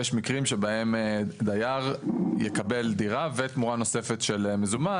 יש מקרים שבהם דייר יקבל דירה ותמורה נוספת של מזומן.